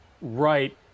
right